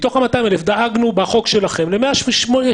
מתוך ה-200,000 האלה דאגנו בחוק שלכם ל-173,